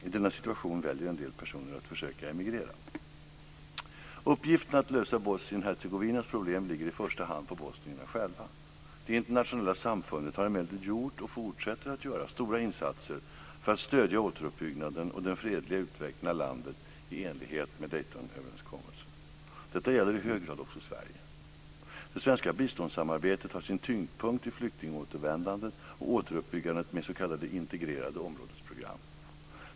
I denna situation väljer en del personer att försöka emigrera. Uppgiften att lösa Bosnien-Hercegovinas problem ligger i första hand på bosnierna själva. Det internationella samfundet har emellertid gjort och fortsätter att göra stora insatser för att stödja återuppbyggnaden och den fredliga utvecklingen av landet i enlighet med Daytonöverenskommelsen. Detta gäller i hög grad också Sverige. Det svenska biståndssamarbetet har sin tyngdpunkt i flyktingåtervändandet och återuppbyggandet med s.k. integrerade områdesprogram.